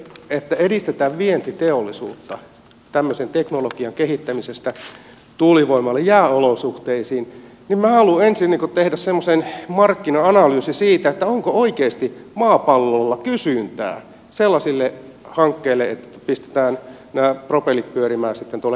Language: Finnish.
kun edistetään vientiteollisuutta tämmöisen teknologian kehittämistä tuulivoimaloihin jääolosuhteisiin niin minä haluan ensin tehdä semmoisen markkina analyysin siitä onko oikeasti maapallolla kysyntää sellaisille hankkeille että pistetään propellit pyörimään tuolla jääolosuhteissa